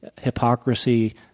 hypocrisy